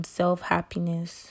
self-happiness